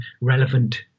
relevant